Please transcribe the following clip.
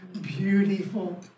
beautiful